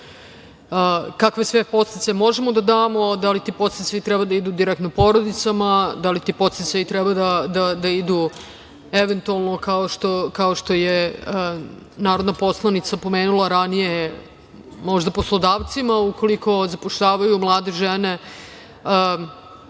kakve sve podsticaje možemo da damo, da li ti podsticaji treba da idu direktno porodicama, da li ti podsticaji treba da idu eventualno, kao što je narodna poslanica pomenula ranije možda poslodavcima ukoliko zapošljavaju mlade žene. Tako